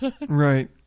Right